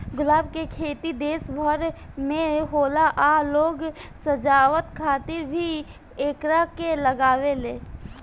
गुलाब के खेती देश भर में होला आ लोग सजावट खातिर भी एकरा के लागावेले